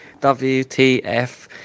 WTF